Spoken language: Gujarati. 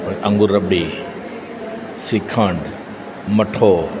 અંગુર રબડી શિખંડ મઠ્ઠો